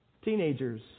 Teenagers